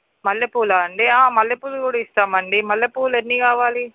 మల్లెపూలా అండి మల్లెపూలు కూడా ఇస్తామండి మల్లెపూలు ఎన్ని కావాలి